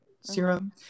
serum